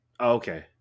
Okay